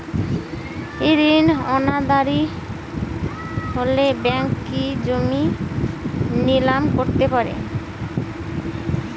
ঋণ অনাদায়ি হলে ব্যাঙ্ক কি জমি নিলাম করতে পারে?